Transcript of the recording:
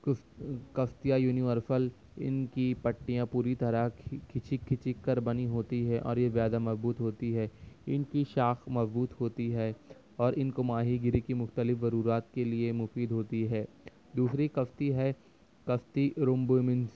کس کشتیاں یونیورسل ان کی پٹیاں پوری طرح کھی کھچک کھچک کر بنی ہوتی ہے اور یہ زیادہ مضبوط ہوتی ہے ان کی شاخ مضبوط ہوتی ہے اور ان کو ماہی گیری کی مختلف ضروریات کے لیے مفید ہوتی ہے دوسری کشتی ہے کشتی ارومبومنس